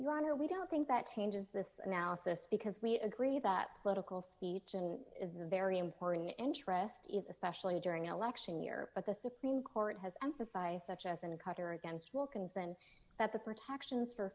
your honor we don't think that changes the analysis because we agree that political speech is a very important interest if especially during an election year at the supreme court has emphasized such as in a cutter against wilkinson that the protections for